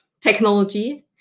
technology